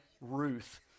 Ruth